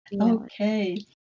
Okay